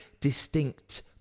distinct